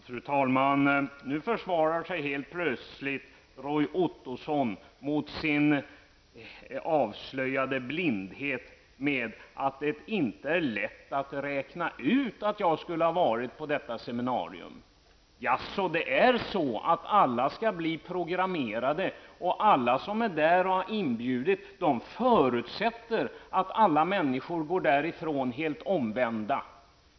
Fru talman! Nu försvarar helt plötsligt Roy Ottosson sin avslöjade blindhet med att det inte är rätt att räkna ut att jag skulle ha deltagit i detta seminarium. Jaså, det är så att alla skall bli programmerade och att alla närvarande som har inbjudits förutsätts gå därifrån helt omvända.